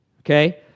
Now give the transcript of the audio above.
okay